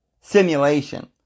simulation